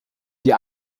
die